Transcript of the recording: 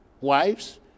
wives